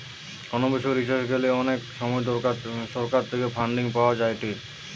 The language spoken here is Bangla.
কোনো বিষয় রিসার্চ করতে গ্যালে অনেক সময় সরকার থেকে ফান্ডিং পাওয়া যায়েটে